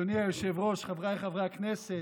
היושב-ראש, חבריי חברי הכנסת,